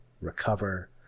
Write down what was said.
recover